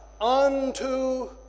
Unto